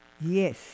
Yes